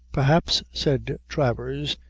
perhaps, said travers,